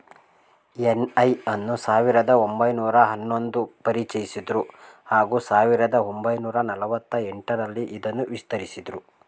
NI ಅನ್ನು ಸಾವಿರದ ಒಂಬೈನೂರ ಹನ್ನೊಂದು ಪರಿಚಯಿಸಿದ್ರು ಹಾಗೂ ಸಾವಿರದ ಒಂಬೈನೂರ ನಲವತ್ತ ಎಂಟರಲ್ಲಿ ಇದನ್ನು ವಿಸ್ತರಿಸಿದ್ರು